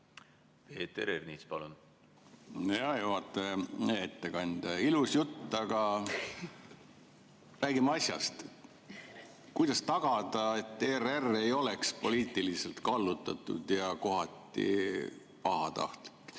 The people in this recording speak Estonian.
Peeter Ernits, palun! Hea juhataja! Hea ettekandja! Ilus jutt, aga räägime asjast. Kuidas tagada, et ERR ei oleks poliitiliselt kallutatud ja kohati pahatahtlik?